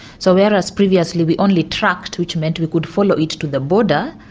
so whereas previously we only tracked, which meant we could follow it to the border,